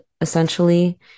essentially